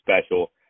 special